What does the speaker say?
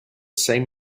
same